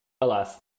alas